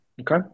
Okay